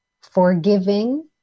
Forgiving